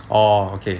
oh okay